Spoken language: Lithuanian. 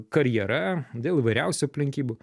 karjera dėl įvairiausių aplinkybių